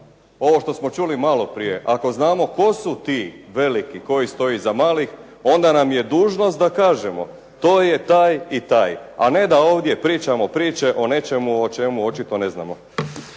ovo što smo čuli malo prije, ako znamo tko su ti veliki koji stoje iza malih onda nam je dužnost da kažemo. To je taj i taj, a ne da ovdje pričamo priče o nečemu o čemu očito ne znamo.